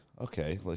okay